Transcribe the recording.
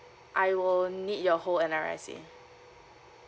I will need your whole N_R_I_C